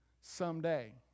someday